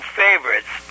favorites